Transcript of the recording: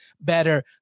better